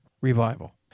revival